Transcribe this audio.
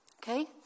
Okay